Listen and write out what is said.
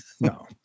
no